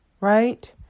right